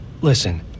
Listen